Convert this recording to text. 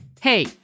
Hey